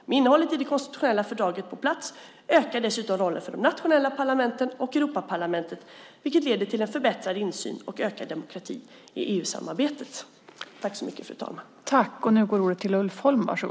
Med innehållet i det konstitutionella fördraget på plats ökar dessutom rollen för både nationella parlament och Europaparlamentet, vilket leder till förbättrad insyn och ökad demokrati i EU-samarbetet. Då Max Andersson, som framställt interpellationen, anmält att han var förhindrad att närvara vid sammanträdet medgav tredje vice talmannen att Ulf Holm i stället fick delta i överläggningen.